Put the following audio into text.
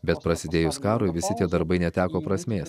bet prasidėjus karui visi tie darbai neteko prasmės